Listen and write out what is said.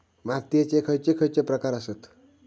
मातीयेचे खैचे खैचे प्रकार आसत?